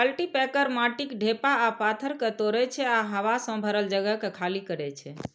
cultipacker माटिक ढेपा आ पाथर कें तोड़ै छै आ हवा सं भरल जगह कें खाली करै छै